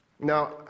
Now